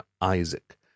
Isaac